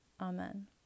Amen